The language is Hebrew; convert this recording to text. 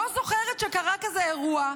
לא זוכרת שקרה אירוע כזה,